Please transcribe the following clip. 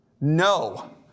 No